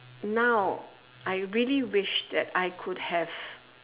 now I really wish that I could have